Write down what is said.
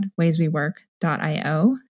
wayswework.io